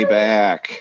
back